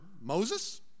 Moses